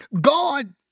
God